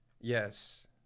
yes